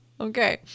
Okay